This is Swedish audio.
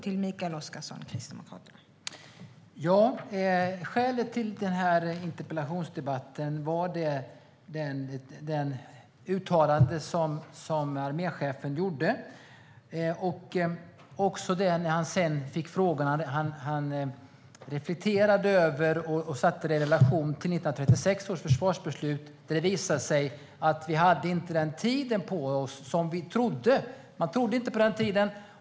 Fru talman! Skälet till den här interpellationsdebatten var det uttalande som arméchefen gjorde och också det han sa när han fick en fråga som han reflekterade över och sedan satte i relation till 1936 års försvarsbeslut, då det visade sig att man inte hade den tid på sig som man på den tiden trodde att man hade.